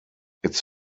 its